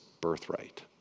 birthright